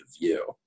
view